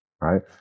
Right